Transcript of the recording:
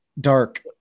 Dark